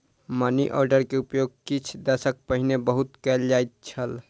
money order के उपयोग किछ दशक पहिने बहुत कयल जाइत छल